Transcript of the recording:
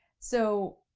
so,